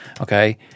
okay